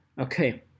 Okay